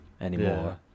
anymore